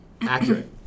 Accurate